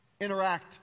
interact